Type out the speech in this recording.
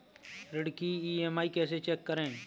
ऋण की ई.एम.आई कैसे चेक करें?